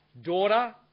daughter